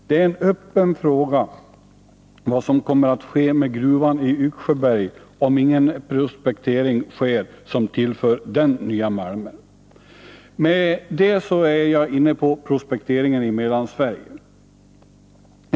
Det är en öppen fråga vad som kommer att ske med gruvan i Yxsjöberg om ingen prospektering sker som tillför den nya malmer. Med det är jag inne på prospekteringen i Mellansverige.